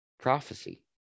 prophecy